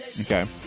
Okay